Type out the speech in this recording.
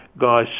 guys